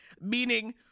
Meaning